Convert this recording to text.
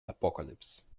apocalypse